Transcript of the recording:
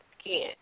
skin